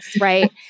Right